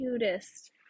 cutest